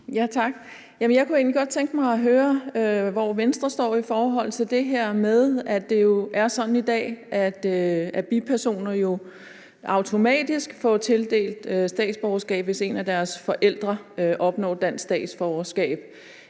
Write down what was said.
egentlig godt tænke mig at høre, hvor Venstre står i forhold til det her med, at det jo er sådan i dag, at bipersoner automatisk får tildelt statsborgerskab, hvis en af deres forældre opnår dansk statsborgerskab.